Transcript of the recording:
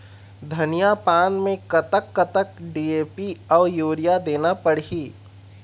धनिया पान मे कतक कतक डी.ए.पी अऊ यूरिया देना पड़ही?